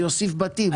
תוסיף בתים.